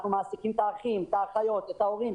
אנחנו מעסיקים את האחים, האחיות, ההורים.